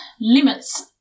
limits